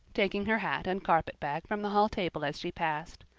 taking her hat and carpet-bag from the hall table as she passed.